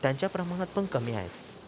त्यांच्या प्रमाणात पण कमी आहेत